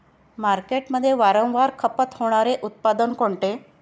मार्केटमध्ये वारंवार खपत होणारे उत्पादन कोणते?